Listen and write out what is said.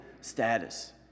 status